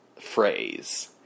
phrase